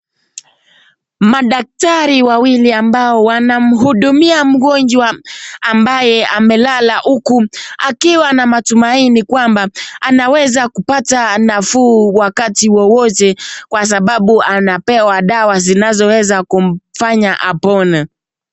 Madaktari wawili ambao wanamhudumia mgonjwa ambaye amelala huku akiwa na matumaini kwamba anaweza kupata nafuu wakati wowote kwa sababu anapewa dawa zinazoweza kumfanya apone.